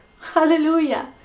hallelujah